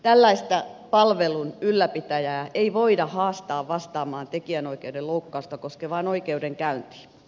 tällaista palvelun ylläpitäjää ei voida haastaa vastaamaan tekijänoikeuden loukkausta koskevaan oikeudenkäyntiin